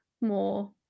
more